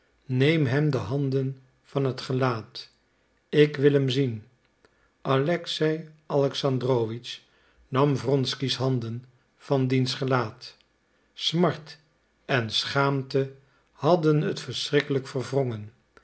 neem hem de handen van het gelaat ik wil hem zien alexei alexandrowitsch nam wronsky's handen van diens gelaat smart en schaamte hadden het verschrikkelijk verwrongen